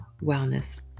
Wellness